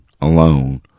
alone